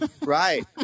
Right